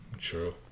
True